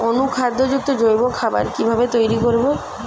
অনুখাদ্য যুক্ত জৈব খাবার কিভাবে তৈরি করব?